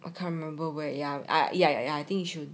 I can't remember where ya ya ya ya I think yishun